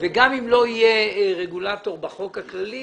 גם אם לא יהיה רגולטור בחוק הכללי,